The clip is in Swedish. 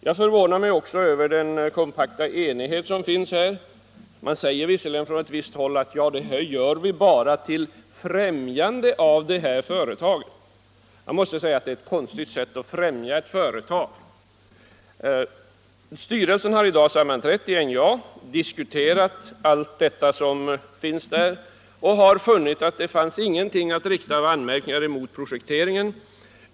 Jag är också förvånad över den kompakta enighet som finns här. Man säger visserligen från ett visst håll att det här gör vi bara för att främja detta företag. Jag måste säga att det är ett konstigt sätt att främja ett företag. Styrelsen i NJA har i dag sammanträtt och diskuterat allt detta och har kommit till slutsatsen att det inte finns några anmärkningar att rikta mot projekteringen.